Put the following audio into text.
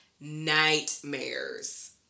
nightmares